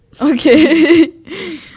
Okay